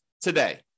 today